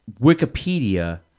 Wikipedia